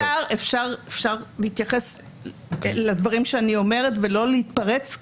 אפשר להתייחס לדברים שאני אומרת ולא להתפרץ?